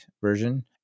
version